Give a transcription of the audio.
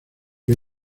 que